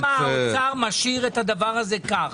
אני שואל למה האוצר משאיר את הדבר הזה כך,